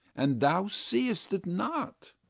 and thou see'st it not.